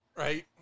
right